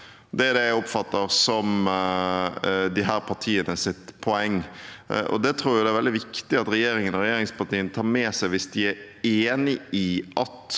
Det er det jeg oppfatter som disse partienes poeng. Det tror jeg det er veldig viktig at regjeringen og regjeringspartiene tar med seg hvis de er enig i at